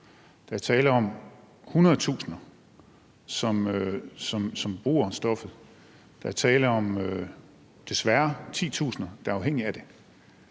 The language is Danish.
Der er tale om hundredtusinder, som bruger stoffet. Der er tale om, desværre, titusinder, der er afhængige af det.